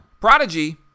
Prodigy